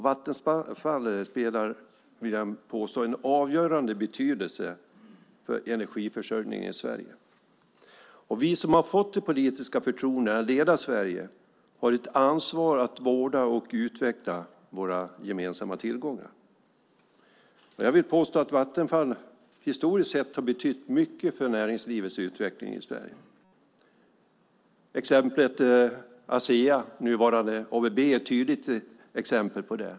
Vattenfall vill jag påstå spelar en avgörande roll för energiförsörjningen i Sverige. Vi som har fått det politiska förtroendet att leda Sverige har ett ansvar för att vårda och utveckla våra gemensamma tillgångar. Jag vill påstå att Vattenfall historiskt sett har betytt mycket för näringslivets utveckling i Sverige. Exemplet Asea, nuvarande ABB, är ett tydligt exempel på det.